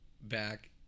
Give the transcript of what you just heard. back